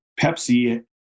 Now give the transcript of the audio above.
Pepsi